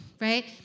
right